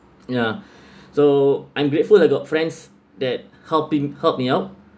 ya so I'm grateful I got friends that helping helped me out